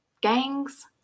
gangs